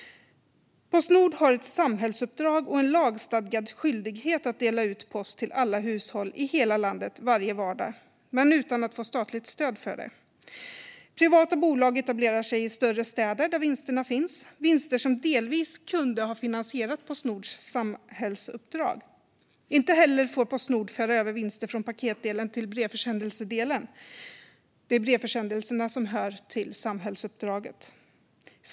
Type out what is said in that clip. Postnord har ett samhällsuppdrag och en lagstadgad skyldighet att dela ut post till alla hushåll i hela landet varje vardag - men utan att få statligt stöd för det. Privata bolag etablerar sig i större städer där vinsterna finns, vinster som delvis kunde ha finansierat Postnords samhällsuppdrag. Inte heller får Postnord föra över vinster från paketdelen till brevförsändelsedelen. Det är brevförsändelserna som hör till samhällsuppdraget.